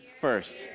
first